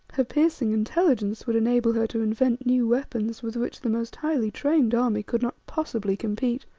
her piercing intelligence would enable her to invent new weapons with which the most highly-trained army could not possibly compete.